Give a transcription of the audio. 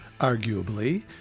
arguably